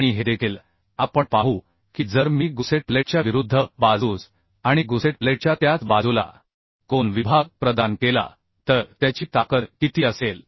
आणि हे देखील आपण पाहू की जर मी गुसेट प्लेटच्या विरुद्ध बाजूस आणि गुसेट प्लेटच्या त्याच बाजूला कोन विभाग प्रदान केला तर त्याची ताकद किती असेल